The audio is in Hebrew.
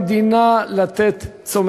הם אמורים לתפקד בצלם